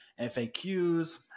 FAQs